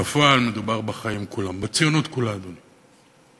בפועל מדובר בחיים כולם, בציונות כולה, אדוני,